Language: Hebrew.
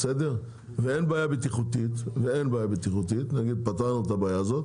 ואין בעיה בטיחותית נניח שפתרנו את הבעיה הזאת